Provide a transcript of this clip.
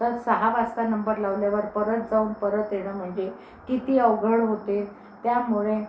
तर सहा वाजता नंबर लावल्यावर परत जाऊन परत येणं म्हणजे किती अवघड होते त्यामुळे